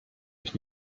ich